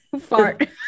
fart